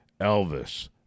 Elvis